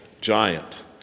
giant